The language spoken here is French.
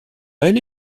elle